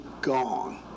Gone